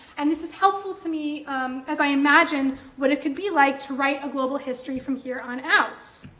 and this is helpful to me as i imagine what it could be like to write a global history from here on out.